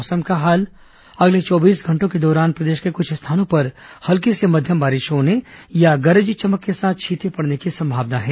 मौसम अगले चौबीस घंटों के दौरान प्रदेश के कुछ स्थानों पर हल्की से मध्यम बारिश होने अथवा गरज चमक के साथ छींटे पड़ने की संभावना है